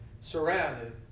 surrounded